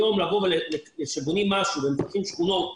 היום כאשר בונים משהו ומפתחים שכונות,